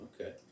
Okay